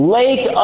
lake